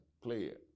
player